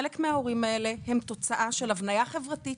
חלק מההורים האלה הם תוצאה של הבניה חברתית